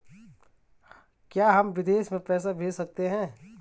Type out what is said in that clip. क्या हम विदेश में पैसे भेज सकते हैं?